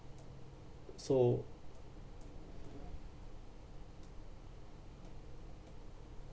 so